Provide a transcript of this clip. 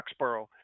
Foxborough